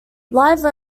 live